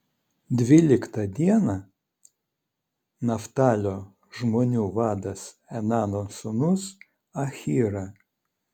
dvyliktą dieną naftalio žmonių vadas enano sūnus ahyra